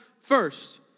first